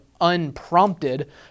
unprompted